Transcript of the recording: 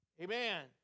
Amen